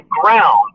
ground